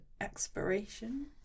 expiration